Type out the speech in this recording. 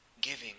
Giving